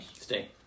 Stay